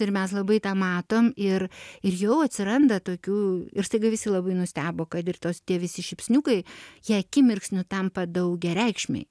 ir mes labai tą matom ir ir jau atsiranda tokių ir staiga visi labai nustebo kad ir tos tie visi šypsniukai jie akimirksniu tampa daugiareikšmiai